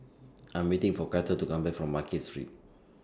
I'm waiting For Cato to Come Back from Market Street